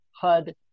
HUD